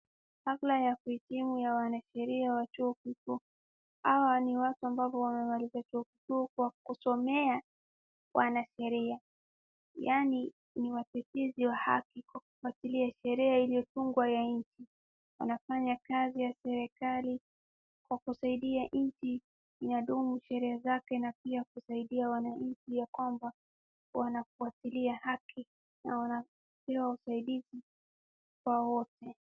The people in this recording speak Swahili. Kabla ya kuhitimu ya wanasheria wa chuo kikuu, hawa ni watu ambapo wamemaliza chuo kikuu kwa kusomea uwanasheria, yani ni watetezi wa haki kufuatilia sheria iliyotungwa ya nchi. Wanafanya kazi ya serikali kwa kusaidia nchi, inadumu sheria zake na pia kusaidia wananchi ya kwamba, wanafuatilia haki na wanapewa usaidizi kwa wote.